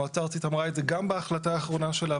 המועצה הארצית אמרה את זה גם בהחלטה האחרונה שלה,